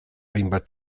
hainbat